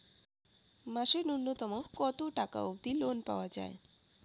মাসে নূন্যতম কতো টাকা অব্দি লোন পাওয়া যায়?